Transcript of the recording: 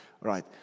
Right